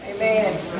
Amen